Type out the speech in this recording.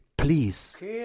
Please